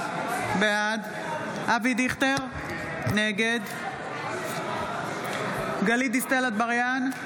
בעד אבי דיכטר, נגד גלית דיסטל אטבריאן,